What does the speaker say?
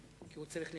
כי הוא צריך לנהל.